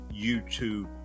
YouTube